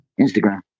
Instagram